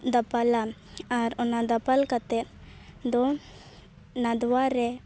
ᱫᱟᱯᱟᱞᱟ ᱟᱨ ᱚᱱᱟ ᱫᱟᱯᱟᱞ ᱠᱟᱛᱮᱫ ᱫᱚ ᱱᱟᱫᱽᱣᱟᱨᱮ